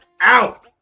out